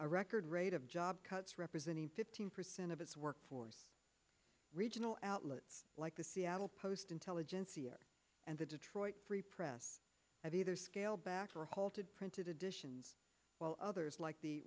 a record rate of job cuts representing fifteen percent of its workforce regional outlets like the seattle post intelligencer year and the detroit free press have either scaled back or halted printed edition while others like the